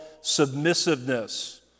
submissiveness